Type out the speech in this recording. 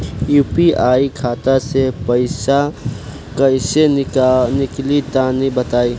UPI खाता से पइसा कइसे निकली तनि बताई?